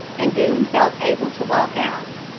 and boone felt able to walk out.